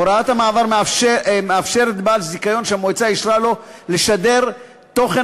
הוראת המעבר מאפשרת לבעל זיכיון שהמועצה אישרה לו לשדר תוכן